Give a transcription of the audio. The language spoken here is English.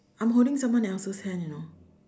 I'm holding someone else's hand you know